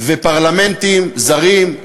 ופרלמנטים זרים,